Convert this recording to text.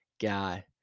guy